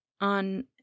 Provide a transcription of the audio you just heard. on